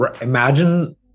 Imagine